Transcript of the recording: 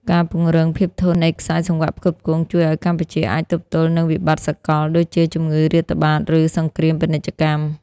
ការពង្រឹង "ភាពធន់នៃខ្សែសង្វាក់ផ្គត់ផ្គង់" ជួយឱ្យកម្ពុជាអាចទប់ទល់នឹងវិបត្តិសកល ដូចជាជំងឺរាតត្បាត ឬសង្គ្រាមពាណិជ្ជកម្ម។